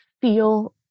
feel